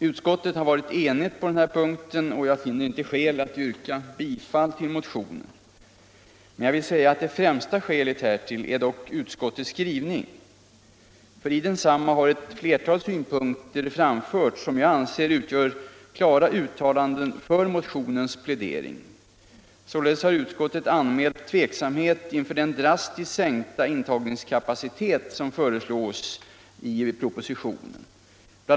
Utskottet har varit enigt på den här punkten, och jag finner inte skäl att yrka bifall till motionen. Det främsta skälet härtill är dock utskottets skrivning. I densamma har ett flertal synpunkter framförts som jag anser utgöra klara uttalanden för motionens plädering. Således har utskottet anmält tveksamhet inför den drastiskt sänkta intagningskapacitet, som föreslås i propositionen. BI.